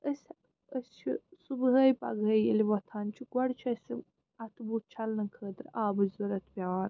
أسۍ أسۍ چھِ صُبحٲے پگہٲے ییٚلہِ وۄتھان چھِ گۄڈٕ چھُ اسہِ اَتھ بُتھ چھَلنہٕ خٲطرٕ آبٕچ ضروٗرت پیٚوان